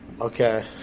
okay